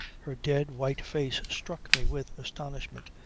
her dead white face struck me with astonishment,